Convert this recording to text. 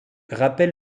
rappelle